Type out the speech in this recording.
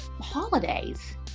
holidays